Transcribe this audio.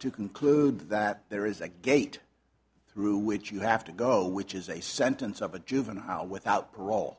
to conclude that there is a gate through which you have to go which is a sentence of a juvenile without parole